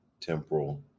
temporal